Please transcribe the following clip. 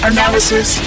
Analysis